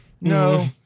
No